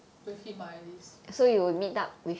with him ah at least